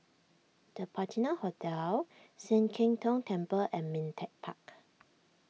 the Patina Hotel Sian Keng Tong Temple and Ming Teck Park